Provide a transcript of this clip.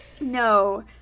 No